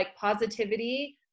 positivity